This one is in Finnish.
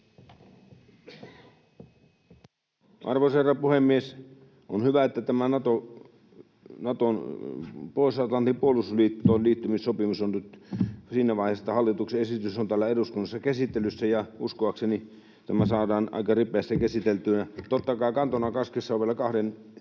Arvoisa herra puhemies! On hyvä, että Naton, Pohjois-Atlantin puolustusliiton liittymissopimus on nyt siinä vaiheessa, että hallituksen esitys on täällä eduskunnassa käsittelyssä, ja uskoakseni tämä saadaan aika ripeästi käsiteltyä. Totta kai kantona kaskessa on vielä kahden